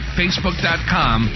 facebook.com